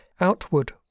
outward